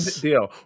deal